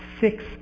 six